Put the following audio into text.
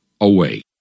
away